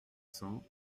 cents